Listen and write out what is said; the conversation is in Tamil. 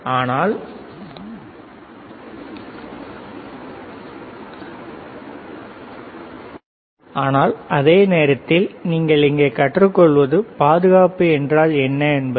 ஆனால் அதே நேரத்தில் நீங்கள் இங்கே கற்றுக்கொள்வது பாதுகாப்பு என்றால் என்ன என்பது